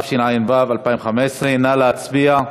התשע"ו 2015. נא להצביע.